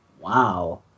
Wow